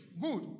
Good